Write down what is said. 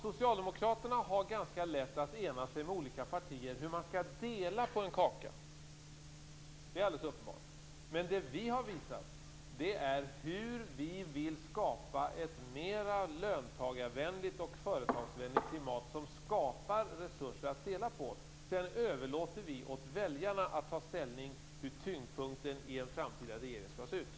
Socialdemokraterna har ganska lätt att ena sig med olika partier om hur man skall dela på en kaka. Det är alldeles uppenbart. Men det som vi har visat är hur vi vill skapa ett mer löntagarvänligt och företagsvänligt klimat som skapar resurser att dela på. Sedan överlåter vi åt väljarna att ta ställning till hur tyngdpunkten i en framtida regering skall se ut.